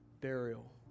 burial